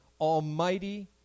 almighty